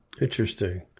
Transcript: Interesting